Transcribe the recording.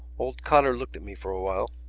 old cotter looked at me for a while.